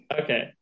Okay